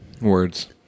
Words